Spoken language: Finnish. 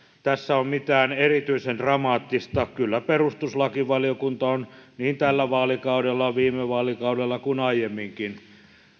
tässä on mitään erityisen dramaattista kyllä perustuslakivaliokunta on niin tällä vaalikaudella viime vaalikaudella kuin aiemminkin